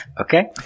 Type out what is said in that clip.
okay